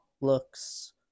looks